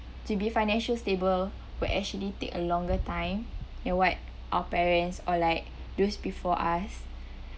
to be financial stable will actually take a longer time ya what our parents or like those before us